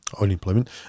unemployment